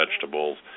vegetables